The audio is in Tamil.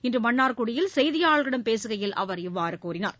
இன்று மன்னார்குடியில் செய்தியாளர்களிடம் பேசுகையில் அவர் இவ்வாறு கூறினார்